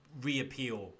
reappeal